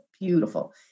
beautiful